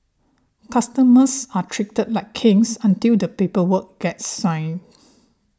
customers are treated like kings until the paper work gets signed